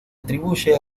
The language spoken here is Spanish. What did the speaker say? atribuye